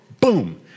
Boom